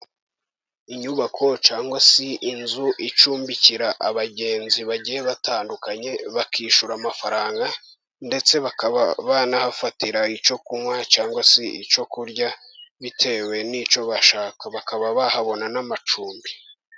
Inyubako cyangwa se inzu icumbikira abagenzi bagiye batandukanye bakishyura amafaranga, ndetse bakaba bana hafatira icyo kunywa cyangwa se icyo kurya bitewe n'icyo bashaka, bakaba bahabona n'amacumbi.